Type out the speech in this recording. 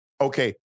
Okay